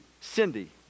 Cindy